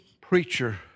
preacher